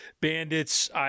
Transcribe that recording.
bandits